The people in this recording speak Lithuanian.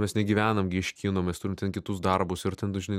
mes negyvenam gi iš kino mes turim ten kitus darbus ir ten nu žinai